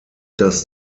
das